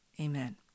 Amen